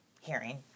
hearing